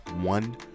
one